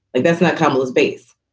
like that's not carmella's base.